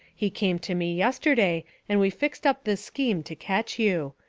he came to me yesterday and we fixed up this scheme to catch you.